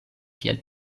kiel